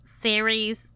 series